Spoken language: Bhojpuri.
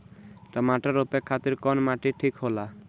टमाटर रोपे खातीर कउन माटी ठीक होला?